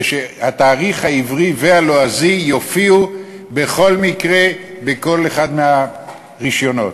ושהתאריך העברי והלועזי יופיעו בכל מקרה בכל אחד מהרישיונות.